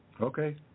Okay